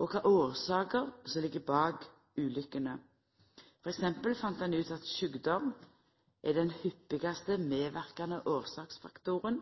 og kva for årsaker som ligg bak ulukkene. F.eks. fann ein ut at sjukdom er den hyppigaste medverkande årsaksfaktoren